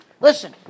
Listen